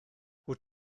wyt